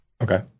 Okay